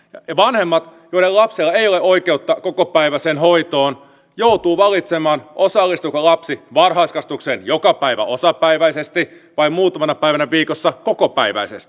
ne vanhemmat joiden lapsilla ei ole oikeutta kokopäiväiseen hoitoon joutuvat valitsemaan osallistuuko lapsi varhaiskasvatukseen joka päivä osapäiväisesti vai muutamana päivänä viikossa kokopäiväisesti